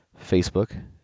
facebook